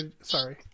Sorry